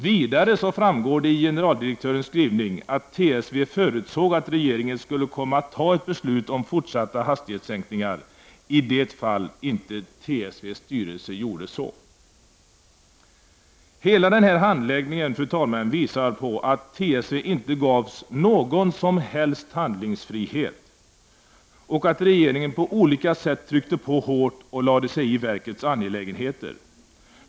Vidare framgår det i generaldirektörens skrivning att TSV förutsåg att regeringen skulle komma att fatta ett beslut om fortsatta hastighetssänkningar i det fall inte TSVs styrelse gjorde så. Hela handläggningen, fru talman, visar att TSV inte gavs någon som helst handlingsfrihet och att regeringen på olika sätt tryckte på hårt och lade sig i verkets angelägenheter.